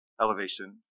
elevation